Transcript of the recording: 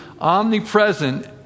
omnipresent